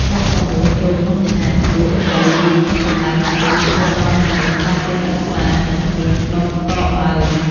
ដាក់ក្រមួនចូលក្នុងឆ្នាំង រួចរំលាយវាក្នុងកម្ដៅមធ្យមរហូតដល់ក្រមួនក្លាយជាទឹកថ្លា និងគ្មានដុំកកឡើយ។